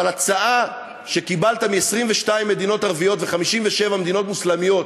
אבל הצעה שקיבלת מ-22 מדינות ערביות ו-57 מדינות מוסלמיות,